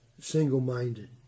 Single-minded